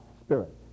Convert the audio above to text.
spirit